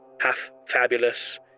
half-fabulous